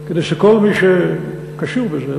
כדי שכל מי שקשור לזה,